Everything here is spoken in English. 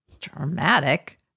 Dramatic